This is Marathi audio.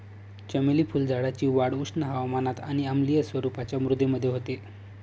चमेली फुलझाडाची वाढ उष्ण हवामानात आणि आम्लीय स्वरूपाच्या मृदेमध्ये होते